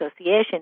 Association